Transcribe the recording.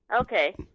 Okay